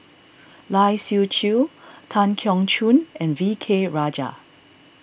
Lai Siu Chiu Tan Keong Choon and V K Rajah